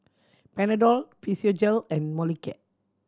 Panadol Physiogel and Molicare